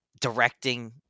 directing